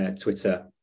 Twitter